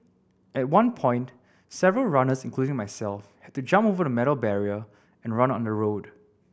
at one point several runners including myself had to jump over the metal barrier and run on the road